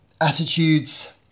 attitudes